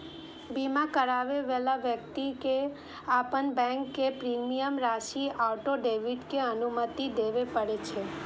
बीमा कराबै बला व्यक्ति कें अपन बैंक कें प्रीमियम राशिक ऑटो डेबिट के अनुमति देबय पड़ै छै